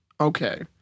Okay